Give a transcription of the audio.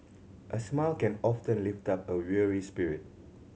a smile can often lift up a weary spirit